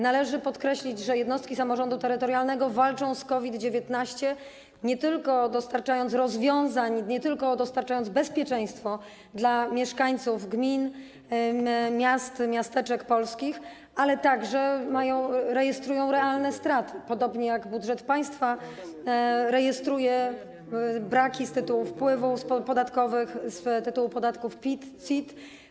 Należy podkreślić, że jednostki samorządu terytorialnego walczą z COVID-19, nie tylko dostarczają rozwiązań, nie tylko zapewniają bezpieczeństwo mieszkańcom gmin, miast i miasteczek polskich, ale także rejestrują realne straty, podobnie jak budżet państwa rejestruje braki wpływów podatkowych z tytułu podatków PIT, CIT.